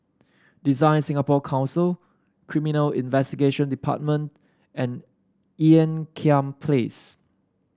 Design Singapore Council Criminal Investigation Department and Ean Kiam Place